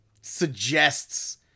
suggests